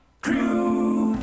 Crew